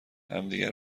همدیگه